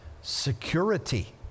security